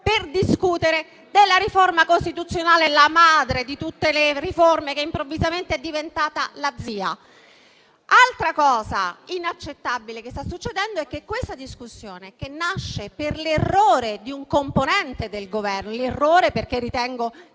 per discutere della riforma costituzionale, la madre di tutte le riforme, che improvvisamente è diventata la zia. Un'altra cosa inaccettabile sta succedendo. Questa discussione nasce per l'errore di un componente del Governo, e parlo di errore perché ritengo